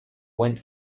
went